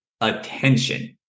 Attention